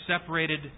separated